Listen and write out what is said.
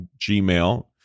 Gmail